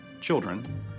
children